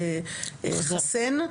חסן,